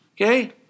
Okay